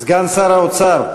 סגן שר האוצר.